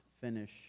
finish